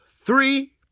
three